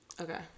Okay